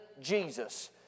Jesus